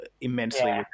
immensely